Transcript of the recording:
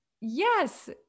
Yes